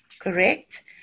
Correct